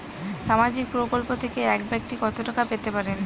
সামাজিক প্রকল্প থেকে এক ব্যাক্তি কত টাকা পেতে পারেন?